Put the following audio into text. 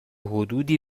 حدودی